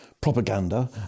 propaganda